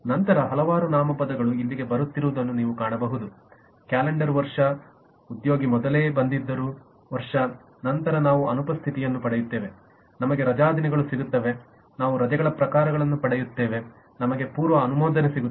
ನಂತರ ಹಲವಾರು ನಾಮಪದಗಳು ಇಲ್ಲಿಗೆ ಬರುತ್ತಿರುವುದನ್ನು ನೀವು ಕಾಣಬಹುದು ಕ್ಯಾಲೆಂಡರ್ ವರ್ಷ ಉದ್ಯೋಗಿ ಮೊದಲೇ ಬಂದಿದ್ದರು ವರ್ಷ ನಂತರ ನಾವು ಅನುಪಸ್ಥಿತಿಯನ್ನು ಪಡೆಯುತ್ತೇವೆ ನಮಗೆ ರಜಾದಿನಗಳು ಸಿಗುತ್ತವೆ ನಾವು ರಜೆಗಳ ಪ್ರಕಾರಗಳನ್ನು ಪಡೆಯುತ್ತೇವೆ ನಮಗೆ ಪೂರ್ವ ಅನುಮೋದನೆ ಸಿಗುತ್ತದೆ